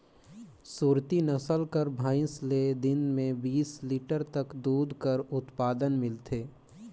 सुरती नसल कर भंइस ले दिन में बीस लीटर तक दूद कर उत्पादन मिलथे